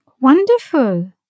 wonderful